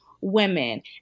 women